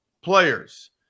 players